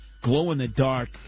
glow-in-the-dark